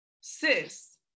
sis